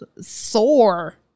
sore